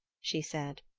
she said.